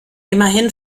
immerhin